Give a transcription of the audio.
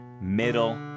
middle